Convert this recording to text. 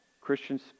Christians